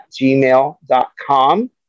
gmail.com